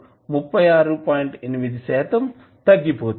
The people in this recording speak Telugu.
8 శాతం తగ్గిపోతుంది